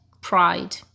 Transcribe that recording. pride